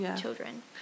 children